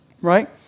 Right